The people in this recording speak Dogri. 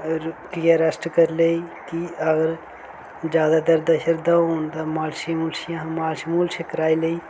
अगर फ्ही रेस्ट करी लेई कि अगर ज्यादा दर्दां शर्दां होन तां मालशी मुलशी मालश मूलश कराई लेई